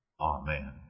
Amen